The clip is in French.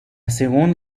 seconde